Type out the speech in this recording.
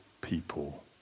people